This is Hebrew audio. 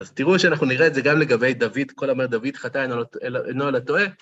אז תראו שאנחנו נראה את זה גם לגבי דוד: "כל האומר דוד חטא אינו אלא טועה"